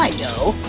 know,